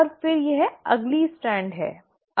और फिर यह अगली स्ट्रैंड है